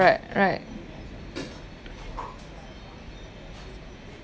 right right